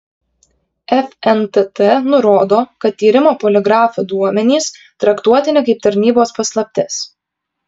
fntt nurodo kad tyrimo poligrafu duomenys traktuotini kaip tarnybos paslaptis